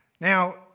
Now